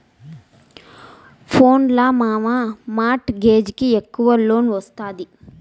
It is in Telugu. పోన్లే మావా, మార్ట్ గేజ్ కి ఎక్కవ లోన్ ఒస్తాది